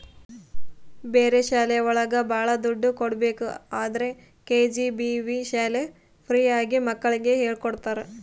ಬೇರೆ ಶಾಲೆ ಒಳಗ ಭಾಳ ದುಡ್ಡು ಕಟ್ಬೇಕು ಆದ್ರೆ ಕೆ.ಜಿ.ಬಿ.ವಿ ಶಾಲೆ ಫ್ರೀ ಆಗಿ ಮಕ್ಳಿಗೆ ಹೇಳ್ಕೊಡ್ತರ